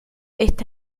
esta